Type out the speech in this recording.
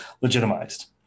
legitimized